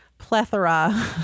plethora